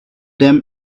them